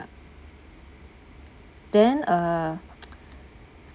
then uh